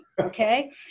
okay